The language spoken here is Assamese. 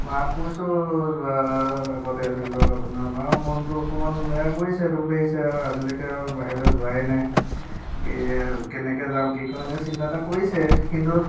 মাক কৈছো যোৱাৰ আগতে ধৰি লওক আপোনাৰ মাও মনতো অকণমান বেয়া কৰিছে দুখ লাগিছে আজিলৈকে আৰু বাহিৰলৈ যোৱাই নাই ই কেনেকৈ যাম কি কৰিম এনেকৈ চিন্তা এটা কৰিছে কিন্তু